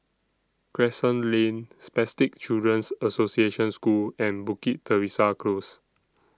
Crescent Lane Spastic Children's Association School and Bukit Teresa Close